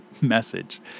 message